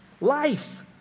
Life